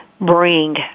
bring